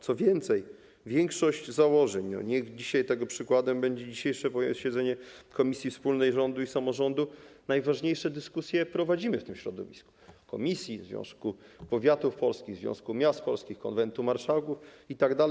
Co więcej, w przypadku większości założeń - niech tego przykładem będzie dzisiejsze posiedzenie komisji wspólnej rządu i samorządu - najważniejsze dyskusje prowadzimy w tym środowisku: komisji, Związku Powiatów Polskich, Związku Miast Polskich, konwentu marszałków itd.